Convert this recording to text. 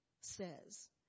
says